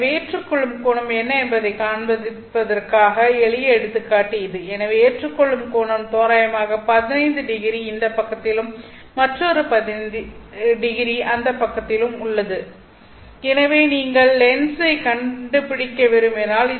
எனவே ஏற்றுக்கொள்ளும் கோணம் என்ன என்பதைக் காண்பிப்பதற்கான எளிய எடுத்துக்காட்டு இது எனவே ஏற்றுக்கொள்ளும் கோணம் தோராயமாக 15ᵒ இந்த பக்கத்திலும் மற்றொரு 15ᵒ அந்த பக்கத்திலும் உள்ளது எனவே நீங்கள் லென்ஸைக் கண்டுபிடிக்க விரும்பினால்